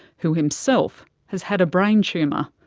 who himself has had a brain tumour.